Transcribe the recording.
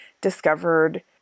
discovered